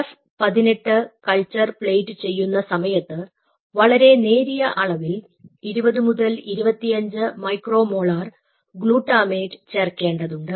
F 18 culture plate ചെയ്യുന്ന സമയത്ത് വളരെ നേരിയ അളവിൽ 20 മുതൽ 25 മൈക്രോ മോളാർ ഗ്ലൂട്ടാമേറ്റ് ചേർക്കേണ്ടതുണ്ട്